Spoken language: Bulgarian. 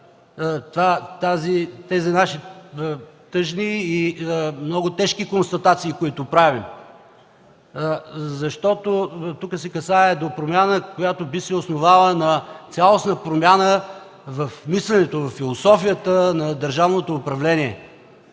тези наши тъжни и много тежки констатации, които правим. Тук се касае до промяна, която би се основала на цялостна промяна в мисленето, във философията на държавното управление.